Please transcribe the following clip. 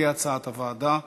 כהצעת הוועדה.